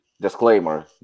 disclaimer